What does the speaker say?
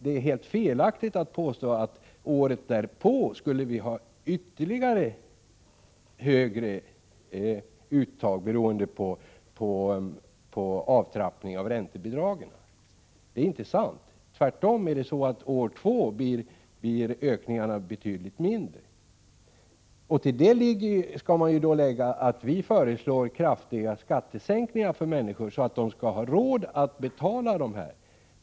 Det är helt felaktigt att påstå att man det andra året skulle få ytterligare högre uttag, beroende på avtrappning av räntebidragen. Det är inte sant. Tvärtom är det så, att ökningarna det andra året blir betydligt mindre. Till detta skall läggas att vi föreslår kraftiga skattesänkningar för människorna, så att de skall ha råd att betala.